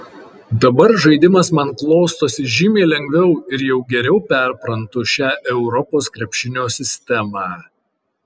dabar žaidimas man klostosi žymiai lengviau ir jau geriau perprantu šią europos krepšinio sistemą